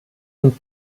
und